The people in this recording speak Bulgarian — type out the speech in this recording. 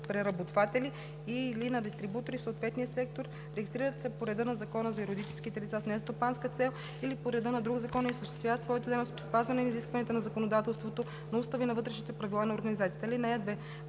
преработватели и/или на дистрибутори в съответния сектор, регистрират се по реда на Закона за юридическите лица с нестопанска цел или по реда на друг закон и осъществяват своята дейност при спазване на изискванията на законодателството, на устава и на вътрешните правила на организациите.